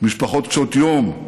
משפחות קשות יום,